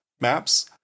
maps